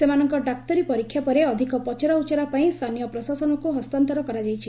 ସେମାନଙ୍କ ଡାକ୍ତରୀ ପରୀକ୍ଷା ପରେ ଅଧିକ ପଚରା ଉଚରା ପାଇଁ ସ୍ଥାନୀୟ ପ୍ରଶାସନକୁ ହସ୍ତାନ୍ତର କରାଯାଇଛି